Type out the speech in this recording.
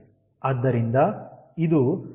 ಆದ್ದರಿಂದ ಇದು ಆರ್ದ್ರವಾದ ಆವಿ ಸಾಲಿನಲ್ಲಿರುತ್ತದೆ